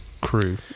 crew